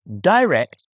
direct